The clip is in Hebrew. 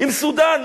עם סודן?